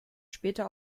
später